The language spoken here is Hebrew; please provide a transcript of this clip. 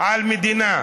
על המדינה.